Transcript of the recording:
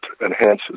enhances